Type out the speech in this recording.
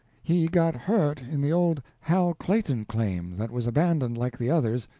he got hurt in the old hal clayton claim that was abandoned like the others,